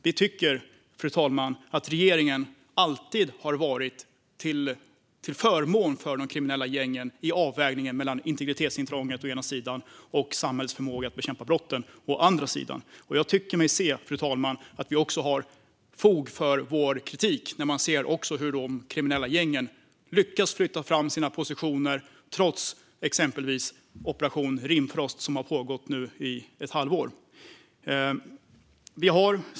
Vi tycker, fru talman, att regeringen alltid har gjort en avvägning till förmån för de kriminella gängen i valet mellan integritetsintrång å ena sidan och samhällets förmåga att bekämpa brott å andra sidan. Jag tycker mig se att vi har fog för vår kritik när man kan se att de kriminella gängen lyckas flytta fram sina positioner, trots exempelvis Operation Rimfrost som nu har pågått i ett halvår.